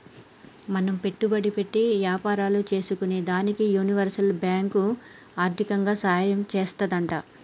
మనం పెట్టుబడి పెట్టి యాపారాలు సేసుకునేదానికి యూనివర్సల్ బాంకు ఆర్దికంగా సాయం చేత్తాదంట